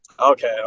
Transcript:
Okay